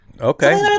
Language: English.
okay